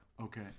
Okay